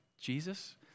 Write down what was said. Jesus